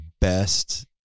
best